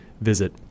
Visit